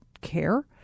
care